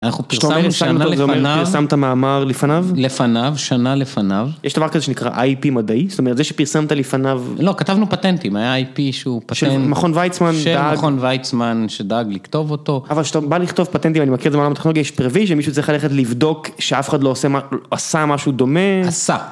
אנחנו פרסמנו שנה לפניו, לפניו, שנה לפניו, יש דבר כזה שנקרא איי פי מדעי, זאת אומרת זה שפרסמת לפניו, לא כתבנו פטנטים, היה איי פי שהוא פטנט, של מכון ויצמן, של מכון ויצמן שדאג לכתוב אותו, אבל כשאתה בא לכתוב פטנטים, אני מכיר את זה בעולם הטכנולוגי, יש פרבי שמישהו צריך ללכת לבדוק שאף אחד לא עושה משהו דומה, עשה.